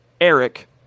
Eric